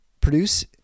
produce